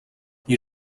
you